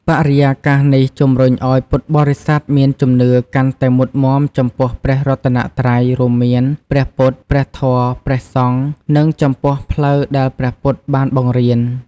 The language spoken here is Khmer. បរិយាកាសនេះជម្រុញឱ្យពុទ្ធបរិស័ទមានជំនឿកាន់តែមុតមាំចំពោះព្រះរតនត្រ័យ រួមមាន ព្រះពុទ្ធ ព្រះធម៌ ព្រះសង្ឃ និងចំពោះផ្លូវដែលព្រះពុទ្ធបានបង្រៀន។